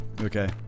Okay